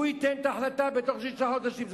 הוא ייתן את ההחלטה בתוך שישה חודשים.